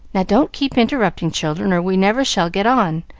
now, don't keep interrupting, children, or we never shall get on,